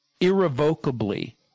irrevocably